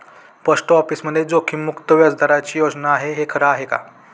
Post ऑफिसमध्ये जोखीममुक्त व्याजदराची योजना आहे, हे खरं आहे का?